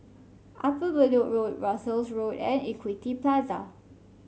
Upper Bedok Road Russels Road and Equity Plaza